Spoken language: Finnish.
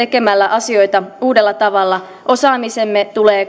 asioita uudella tavalla osaamisemme